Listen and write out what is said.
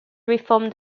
reformed